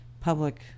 public